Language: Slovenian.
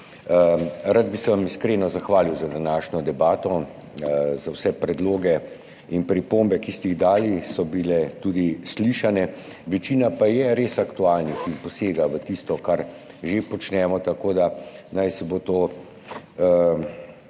Rad bi se vam iskreno zahvalil za današnjo debato, za vse predloge in pripombe, ki ste jih dali, so bili tudi slišani. Večina pa je res aktualnih in posega v tisto, kar že počnemo, naj bodo to